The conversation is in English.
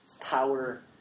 power